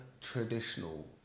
traditional